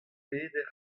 peder